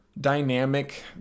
dynamic